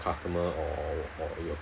customer or or your